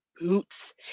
boots